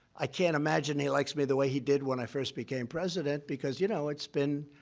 i can't imagine he likes me the way he did when i first became president, because, you know, it's been